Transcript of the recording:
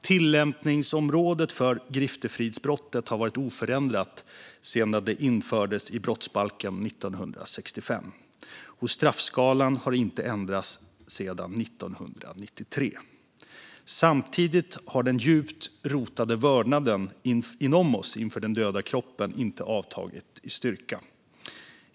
Tillämpningsområdet för griftefridsbrottet har varit oförändrat sedan det infördes i brottsbalken 1965, och straffskalan har inte ändrats sedan 1993. Samtidigt har den djupt rotade vördnaden inom oss inför den döda kroppen inte avtagit i styrka.